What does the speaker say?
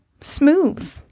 smooth